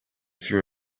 fut